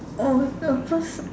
oh no cause